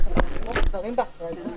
הצעת חוק סמכויות מיוחדות התמודדות עם